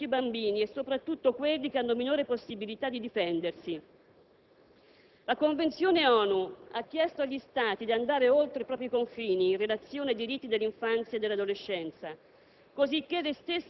Questo riguarda tutti i bambini e soprattutto quelli che hanno minori possibilità di difendersi. La Convenzione ONU ha chiesto agli Stati di andare oltre i propri confini in relazione ai diritti dell'infanzia e dell'adolescenza,